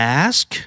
ask